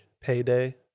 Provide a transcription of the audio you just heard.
payday